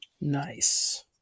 Nice